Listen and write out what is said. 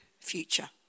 future